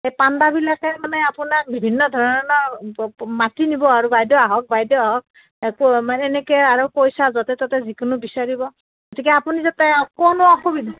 পাণ্ডাবিলাকে মানে আপোনাক বিভিন্ন ধৰণৰ মাতি নিব আৰু বাইদেউ আহক বাইদেউ আহক একো মানে এনেকৈ আৰু পইচা য'তে ত'তে যিকোনো বিচাৰিব গতিকে আপুনি যাতে অকণো অসুবিধা